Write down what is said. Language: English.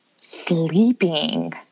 sleeping